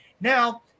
Now